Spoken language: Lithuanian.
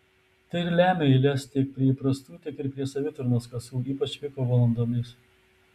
tai ir lemia eiles tiek prie įprastų tiek ir prie savitarnos kasų ypač piko valandomis